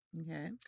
okay